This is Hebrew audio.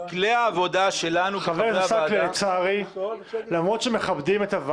אצטרך ללמוד את הדברים קצת יותר לעומק ולהתייעץ עם הגורמים